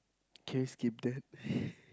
can you skip that